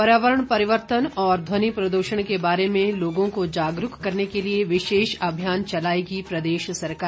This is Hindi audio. पर्यावरण परिवर्तन और ध्वनि प्रदूषण के बारे में लोगों को जागरूक करने के लिए विशेष अभियान चलाएगी प्रदेश सरकार